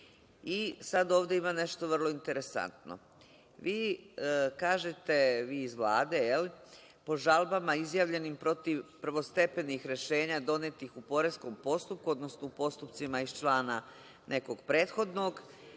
Sada ovde ima nešto vrlo interesantno. Vi iz Vlade kažete – po žalbama izjavljenim protiv prvostepenih rešenja, donetih u poreskom postupku, odnosno u postupcima iz člana nekog prethodnog,